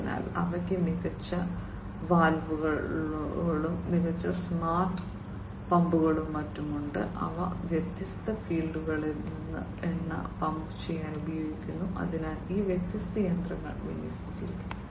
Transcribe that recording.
അതിനാൽ അവയ്ക്ക് മികച്ച വാൽവുകളും മികച്ച സ്മാർട്ട് പമ്പുകളും മറ്റും ഉണ്ട് അവ വ്യത്യസ്ത ഫീൽഡുകളിൽ നിന്ന് എണ്ണ പമ്പ് ചെയ്യാൻ ഉപയോഗിക്കുന്നു അതിൽ ഈ വ്യത്യസ്ത യന്ത്രങ്ങൾ വിന്യസിച്ചിരിക്കുന്നു